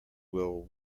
will